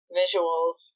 visuals